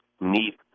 need